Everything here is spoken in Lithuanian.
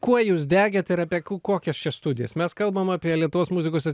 kuo jūs degėt ir apie kokias čia studijas mes kalbam apie lietuvos muzikos ir